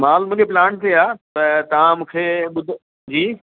मालु मुंहिंजे प्लांट ते आहे त तव्हां मूंखे ॿुधरु जी